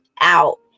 out